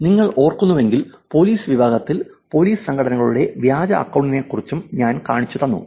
നിങ്ങൾ ഓർക്കുന്നുവെങ്കിൽ പോലീസ് വിഭാഗത്തിൽ പോലീസ് സംഘടനകളുടെ വ്യാജ അക്കൌണ്ടിനെക്കുറിച്ചും ഞാൻ കാണിച്ചുതന്നു